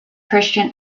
christian